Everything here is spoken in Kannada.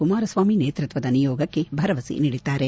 ಕುಮಾರಸ್ವಾಮಿ ನೇತೃತ್ವದ ನಿಯೋಗಕ್ಕೆ ಭರವಸೆ ನೀಡಿದ್ದಾರೆ